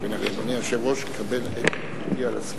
מי שקובע את המדיניות זה אני,